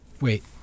wait